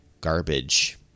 garbage